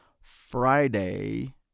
Friday